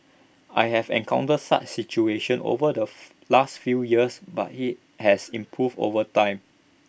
I have encountered such situation over the last few years but IT has improved over time